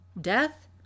Death